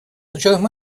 учетом